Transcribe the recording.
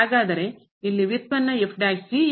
ಹಾಗಾದರೆ ಇಲ್ಲಿ ವ್ಯುತ್ಪನ್ನ ಯಾವುದು